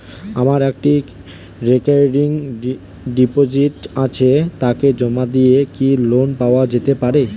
আমার একটি recurring deposit আছে তাকে জমা দিয়ে কি লোন পাওয়া যেতে পারে?